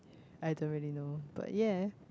I don't really know but ya